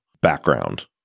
background